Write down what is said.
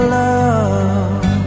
love